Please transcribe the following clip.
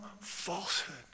falsehood